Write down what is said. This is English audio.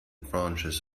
branches